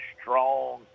strong